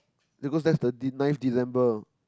because that's the de~ ninth December